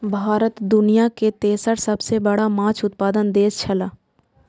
भारत दुनिया के तेसर सबसे बड़ा माछ उत्पादक देश छला